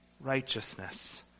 righteousness